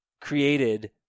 created